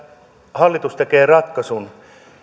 hallitus tekee ratkaisun